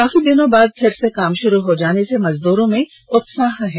काफी दिनों बाद फिर से काम शुरू हो जाने से मजदूरों में उत्साह है